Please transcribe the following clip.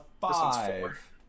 five